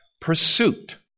pursuit